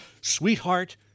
Sweetheart